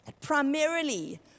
Primarily